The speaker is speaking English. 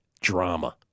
drama